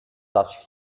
touched